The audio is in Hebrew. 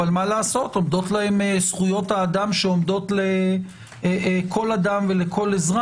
אבל מה לעשות עומדות להם זכויות האדם שעומדות לכל אדם ולכל אחר